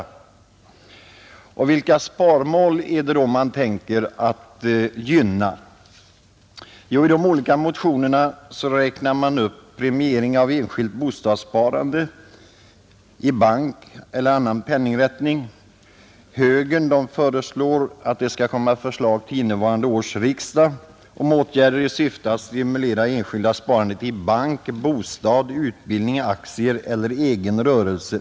Vilka sparmål är det då man tänker gynna? Jo, i de olika motionerna räknar man upp premiering av enskilt bostadssparande i bank eller annan penninginrättning. Högern föreslår att det skall komma ett förslag till innevarande års riksdag om åtgärder i syfte att stimulera det enskilda sparandet i bank, bostad, utbildning, aktier eller egen rörelse.